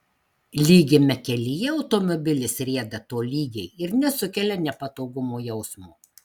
lygiame kelyje automobilis rieda tolygiai ir nesukelia nepatogumo jausmo